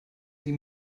sie